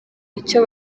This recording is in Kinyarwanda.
icyo